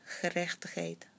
gerechtigheid